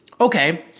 okay